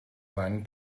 seinen